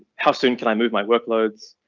how soon can i move my workloads.